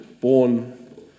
born